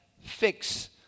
fix